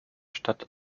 stadt